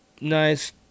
Nice